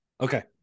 Okay